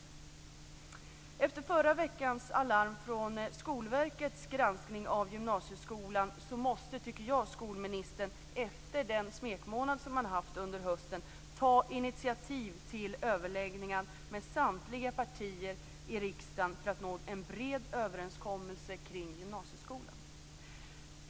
Efter förra veckans alarm från Skolverket efter dess granskning av gymnasieskolan måste skolministern, tycker jag, efter den smekmånad som han har haft under hösten ta initiativ till överläggningar med samtliga partier i riksdagen för att nå en bred överenskommelse kring gymnasieskolan.